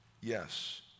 Yes